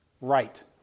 right